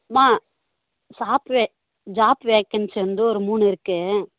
ம்மா சாப் வே ஜாப் வேகன்ஸி வந்து ஒரு மூணு இருக்கு